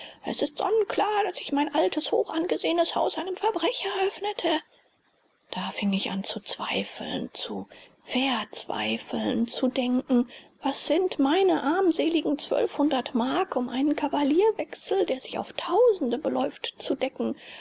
es ist sonnenklar daß ich mein altes hochangesehenes haus einem verbrecher öffnete da fing ich an zu zweifeln zu verzweifeln zu denken was sind meine armseligen zwölfhundert mark um einen kavalierwechsel der sich auf tausende beläuft zu decken